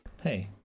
Hey